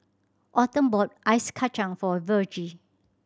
Autumn bought Ice Kachang for Virgie